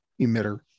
emitter